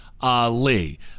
Ali